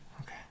Okay